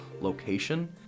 location